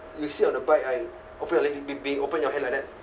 you sit on a bike I open your leg big big open your hand like that